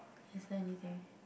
is there anything